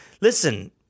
Listen